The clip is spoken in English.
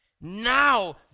Now